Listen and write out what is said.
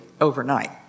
overnight